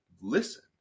listen